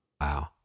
Wow